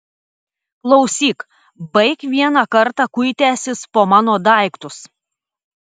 klausyk baik vieną kartą kuitęsis po mano daiktus